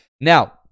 Now